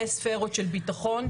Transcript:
בספירות של ביטחון,